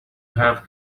have